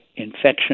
infection